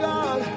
God